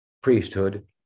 Priesthood